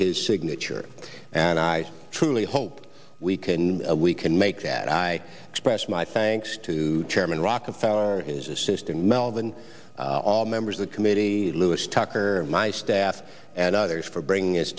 his signature and i truly hope we can we can make that i express my thanks to chairman rockefeller is assisting melvin all members of the committee lewis tucker and my staff and others for bringing us